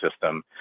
system